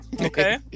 Okay